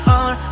on